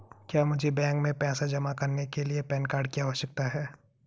क्या मुझे बैंक में पैसा जमा करने के लिए पैन कार्ड की आवश्यकता है?